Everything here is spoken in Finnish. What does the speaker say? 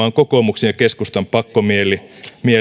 on kokoomuksen ja keskustan pakkomielle